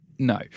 No